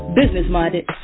business-minded